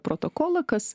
protokolą kas